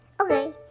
Okay